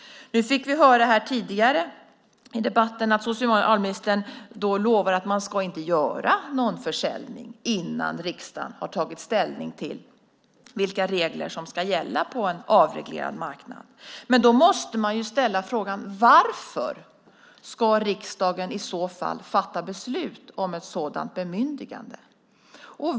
Vi fick tidigare i debatten höra att socialministern lovar att man inte ska genomföra någon försäljning innan riksdagen har tagit ställning till vilka regler som ska gälla på en avreglerad marknad. Men då måste man ställa frågan: Varför ska riksdagen i så fall fatta beslut om ett sådant bemyndigande?